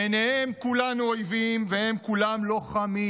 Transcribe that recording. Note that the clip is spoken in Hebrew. בעיניהם כולנו אויבים והם כולם לוחמים,